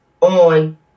on